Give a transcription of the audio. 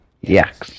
Yes